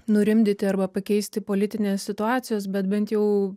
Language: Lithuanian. nurimdyti arba pakeisti politinės situacijos bet bent jau